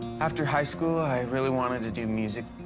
after high school, i really wanted to do music.